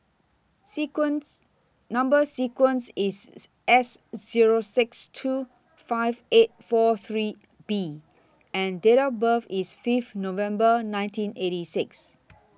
sequence Number sequence IS S Zero six two five eight four three B and Date of birth IS five November nineteen eighty six